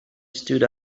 stood